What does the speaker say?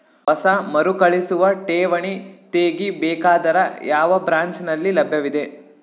ಹೊಸ ಮರುಕಳಿಸುವ ಠೇವಣಿ ತೇಗಿ ಬೇಕಾದರ ಯಾವ ಬ್ರಾಂಚ್ ನಲ್ಲಿ ಲಭ್ಯವಿದೆ?